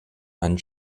and